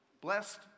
blessed